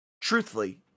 truthfully